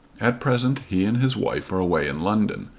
at present he and his wife were away in london,